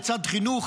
לצד חינוך,